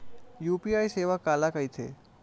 UPI सेवा काला कइथे?